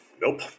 Nope